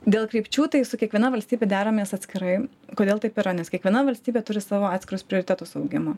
dėl krypčių tai su kiekviena valstybe deramės atskirai kodėl taip yra nes kiekviena valstybė turi savo atskirus prioritetus augimo